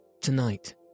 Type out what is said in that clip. Tonight